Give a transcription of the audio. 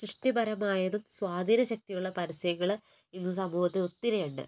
സൃഷ്ടിപരമായതും സ്വാധീനശക്തിയുള്ള പരസ്യങ്ങൾ ഇന്ന് സമൂഹത്തിൽ ഒത്തിരിയുണ്ട്